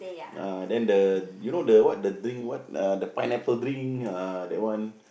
uh then the you know the what the drink what uh the pineapple drink ah that one